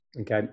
Okay